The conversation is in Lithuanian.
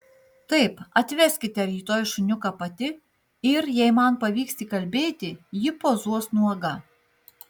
taip atveskite rytoj šuniuką pati ir jei man pavyks įkalbėti ji pozuos nuoga